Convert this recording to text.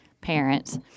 parents